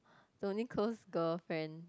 the only close girl friend